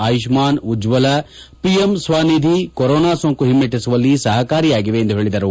Ayushman Ujjwala PM Svanidhi corona ಸೋಂಕು ಹಿಮ್ಮೆಟ್ಟಿಸುವಲ್ಲಿ ಸಹಕಾರಿಯಾಗಿವೆ ಎಂದು ಹೇಳಿದರು